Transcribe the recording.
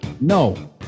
No